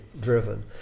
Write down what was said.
driven